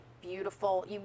beautiful